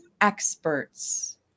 experts